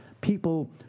people